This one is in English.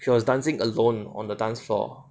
she was dancing alone on the dance floor